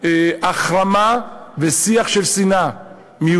החרמה ושיח מיותר של שנאה.